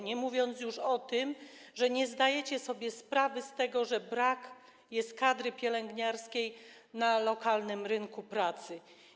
Nie mówię już o tym, że nie zdajecie sobie sprawy z tego, że brakuje kadry pielęgniarskiej na lokalnym rynku pracy.